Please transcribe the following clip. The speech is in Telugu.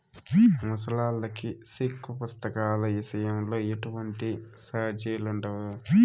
ముసలాల్లకి సెక్కు పుస్తకాల ఇసయంలో ఎటువంటి సార్జిలుండవు